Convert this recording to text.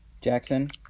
jackson